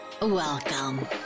Welcome